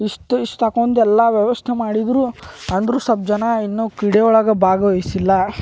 ಇಷ್ಟು ಇಷ್ಟು ತಕೊಂಡ್ ಎಲ್ಲಾ ವ್ಯವಸ್ಥೆ ಮಾಡಿದ್ದರು ಅಂದರು ಸಲ್ಪ ಜನ ಇನ್ನು ಕ್ರೀಡೆ ಒಳಗೆ ಭಾಗವಹಿಸಿಲ್ಲ